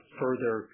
further